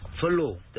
follow